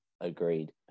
Agreed